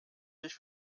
sich